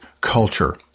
culture